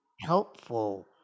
helpful